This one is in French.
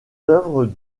œuvres